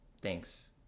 Thanks